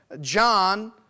John